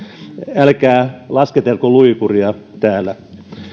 älkää lasketelko luikuria täällä